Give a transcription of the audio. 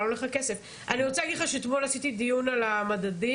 אני רוצה להגיד לך שאתמול עשיתי דיון על המדדים,